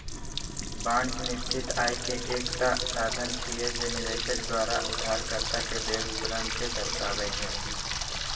bond निश्चित आय के एकटा साधन छियै, जे निवेशक द्वारा उधारकर्ता कें देल ऋण कें दर्शाबै छै